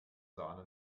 sahne